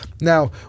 Now